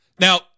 Now